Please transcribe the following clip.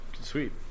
Sweet